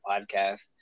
podcast